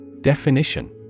Definition